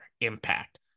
impact